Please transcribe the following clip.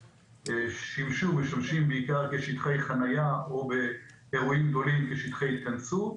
ששימשו ומשמשים בעיקר כשטחי חנייה או באירועים גדולים כשטחי התכנסות,